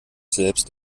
selbst